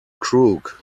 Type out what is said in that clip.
crook